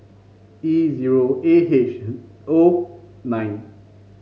E zero A H O nine